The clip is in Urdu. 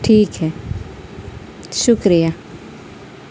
ٹھیک ہے شکریہ